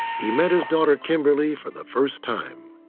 he met his daughter kimberly for the first time.